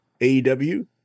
AEW